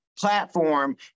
platform